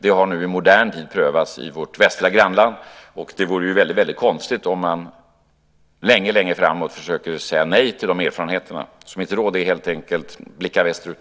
Det har nu i modern tid prövats i vårt västra grannland, och det vore väldigt konstigt om man lång tid framöver försöker säga nej till de erfarenheterna. Mitt råd är alltså helt enkelt: Blicka västerut!